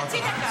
חצי דקה.